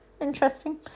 Interesting